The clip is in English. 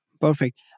Perfect